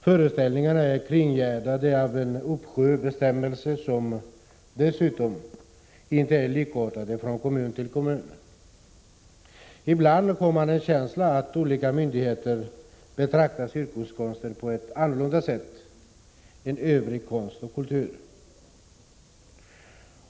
Föreställningarna är kringgärdade av en uppsjö av bestämmelser, som dessutom inte är likartade från kommun till kommun. Ibland får man en känsla av att olika myndigheter betraktar cirkuskonsten på ett annat sätt än övrig konst och kultur.